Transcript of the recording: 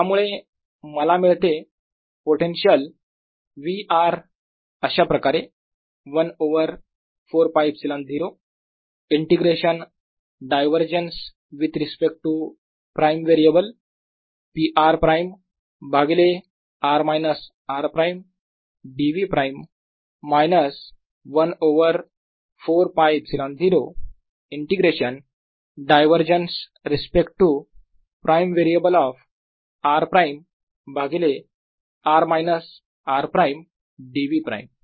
त्यामुळे मला मिळते पोटेन्शियल v r अशाप्रकारे 1 over 4πε0 integration divergence with respect to prime variable p r prime भागिले r minus r prime dv prime minus 1 over 4πε0 integration divergence respect to prime variable of r prime भागिले r minus r prime dv prime